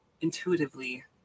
intuitively